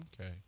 okay